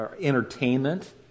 entertainment